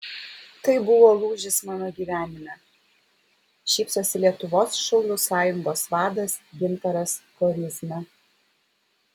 tai buvo lūžis mano gyvenime šypsosi lietuvos šaulių sąjungos vadas gintaras koryzna